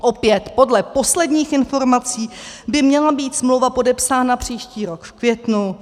Opět, podle posledních informací, by měla být smlouva podepsána příští rok v květnu.